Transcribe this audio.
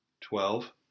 Twelve